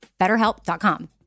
BetterHelp.com